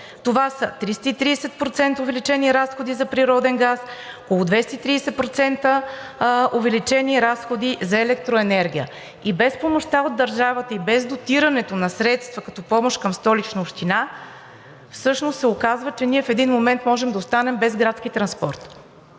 Това са 330% увеличени разходи за природен газ, около 230% увеличени разходи за електроенергия. Без помощта от държавата и без дотирането на средства като помощ към Столична община се оказва, че в един момент можем да останем без градски транспорт.